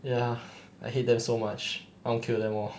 ya I hate them so much I want kill them all